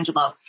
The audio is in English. Angelou